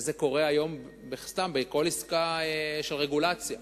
זה קורה היום סתם בכל עסקה של רגולציה.